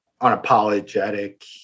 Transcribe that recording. unapologetic